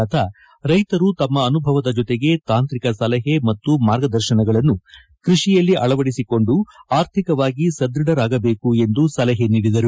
ಲತಾ ರೈತರು ತಮ್ಮ ಅನುಭವದ ಜೊತೆಗೆ ತಾಂತ್ರಿಕ ಸಲಹೆ ಮತ್ತು ಮಾರ್ಗದರ್ಶನಗಳನ್ನು ಕೈಷಿಯಲ್ಲಿ ಅಳವಡಿಸಿಕೊಂಡು ಅರ್ಥಿಕವಾಗಿ ಸದೃಢರಾಗಬೇಕು ಎಂದು ಸಲಹೆ ನೀಡಿದರು